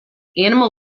animal